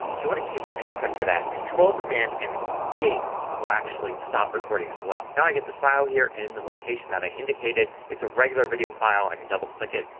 if you want a keyboard shortcut for that control command and escape will actually stop recording as well. now i get this file here in the location that i indicated. it's a regular video file. i can double click it,